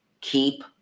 Keep